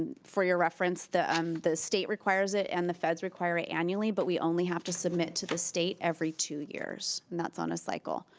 for your reference the um the state requires it and the feds require it and but we only have to submit to the state every two years and that's on a cycle.